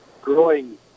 growing